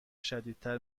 شدیدتر